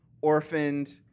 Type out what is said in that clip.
orphaned